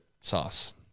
sauce